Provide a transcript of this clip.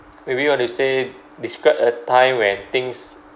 maybe you want to say describe a time when things